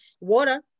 water